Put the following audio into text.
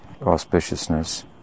auspiciousness